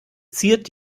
ziert